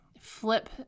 flip